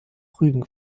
rügen